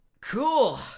Cool